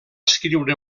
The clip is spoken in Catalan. escriure